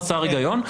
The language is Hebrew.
זה פשוט חסר היגיון.